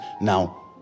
now